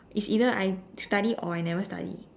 it's either I study or I never study